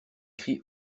cris